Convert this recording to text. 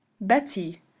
betty